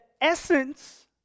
essence